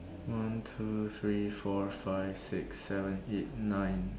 one two three four five six seven eight nine